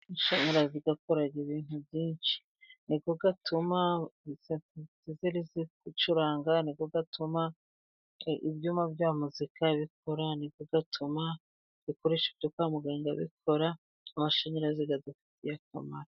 Amashanyarazi akora ibintu byinshi, niyo atuma ducuranga niyo atuma ibyuma bya muzika bikora, niyo atuma ibikoresho byo kwa muganga bikora, amashanyarazi adufitiye akamaro.